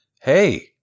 hey